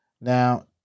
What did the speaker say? Now